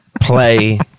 play